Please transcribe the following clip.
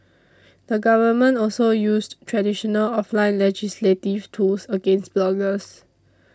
the government also used traditional offline legislative tools against bloggers